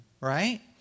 right